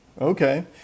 Okay